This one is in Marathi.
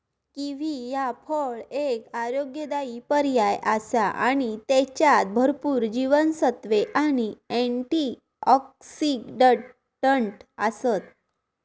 किवी ह्या फळ एक आरोग्यदायी पर्याय आसा आणि त्येच्यात भरपूर जीवनसत्त्वे आणि अँटिऑक्सिडंट आसत